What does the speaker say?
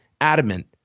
adamant